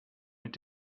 mit